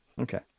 Okay